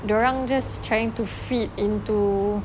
dorang just trying to fit into